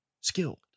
skilled